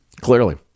Clearly